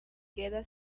queda